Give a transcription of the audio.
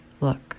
look